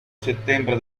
settembre